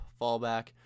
fallback